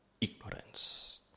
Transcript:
ignorance